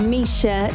Misha